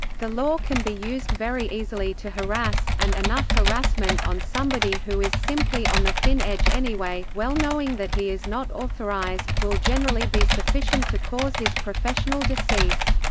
the law can be used very easily to harass, and enough harassment on somebody who is simply on the thin edge anyway, well knowing that he is not authorized, will generally be sufficient to cause his professional decease.